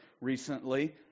recently